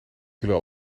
jullie